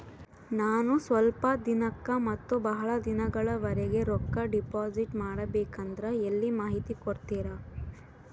ನಾನು ಸ್ವಲ್ಪ ದಿನಕ್ಕ ಮತ್ತ ಬಹಳ ದಿನಗಳವರೆಗೆ ರೊಕ್ಕ ಡಿಪಾಸಿಟ್ ಮಾಡಬೇಕಂದ್ರ ಎಲ್ಲಿ ಮಾಹಿತಿ ಕೊಡ್ತೇರಾ?